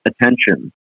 attention